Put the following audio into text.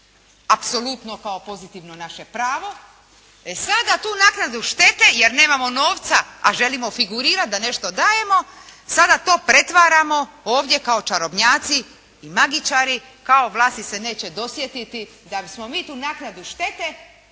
apsolutno kao pozitivno naše pravo e sada tu naknadu štete jer nemamo novca a želimo figurirati da nešto dajemo sada to pretvaramo ovdje kao čarobnjaci i magičari kao vlasti se neće dosjetiti da smo mi tu naknadu štete